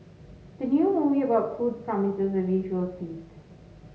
the new movie about food promises a visual feast